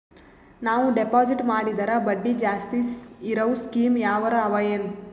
ನಾವು ಡೆಪಾಜಿಟ್ ಮಾಡಿದರ ಬಡ್ಡಿ ಜಾಸ್ತಿ ಇರವು ಸ್ಕೀಮ ಯಾವಾರ ಅವ ಏನ?